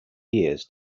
years